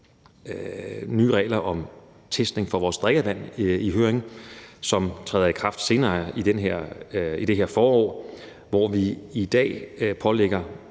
nye regler om testning af vores drikkevand i høring, og de træder i kraft senere i det her forår. Hvor vi i dag pålægger,